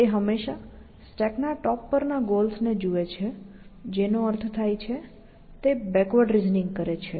તે હંમેશાં સ્ટેક ના ટોપ પર ના ગોલ્સને જુએ છે જેનો અર્થ થાય છે તે બેકવર્ડ રિઝનિંગ કરે છે